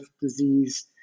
disease